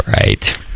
Right